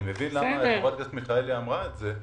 אני מבין למה חברת הכנסת מיכאלי אמרה את זה,